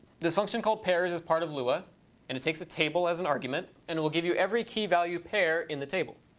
this function called pairs is part of lua and it takes a table as an argument and it will give you every key value pair in the table.